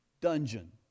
dungeon